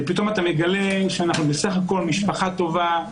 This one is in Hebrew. ופתאום אתה מגלה שאנחנו בסך הכול משפחה טובה,